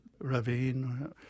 ravine